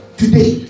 today